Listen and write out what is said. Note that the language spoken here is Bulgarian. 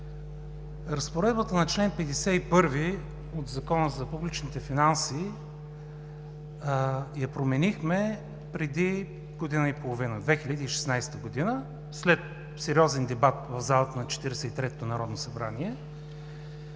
Разпоредбата на чл. 51 от Закона за публичните финанси я променихме преди година и половина – 2016 г., след сериозен дебат в залата на Четиридесет